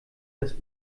das